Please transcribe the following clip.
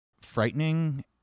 frightening